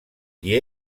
qui